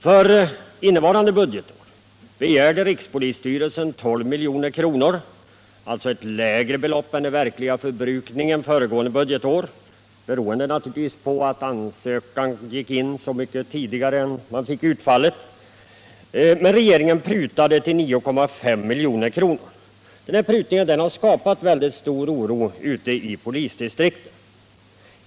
För innevarande budgetår begärde rikspolisstyrelsen 12 milj. — alltså ett lägre belopp än den verkliga förbrukningen föregående budgetår — naturligtvis beroende på att ansökan ingick lång tid innan man fick kännedom om utfallet — men regeringen prutade anslaget till 9.5 milj.kr.? Den prutningen har skapat stor oro ute i polisdistrikten.